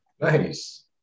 Nice